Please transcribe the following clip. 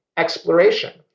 exploration